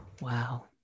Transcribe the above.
wow